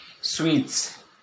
sweets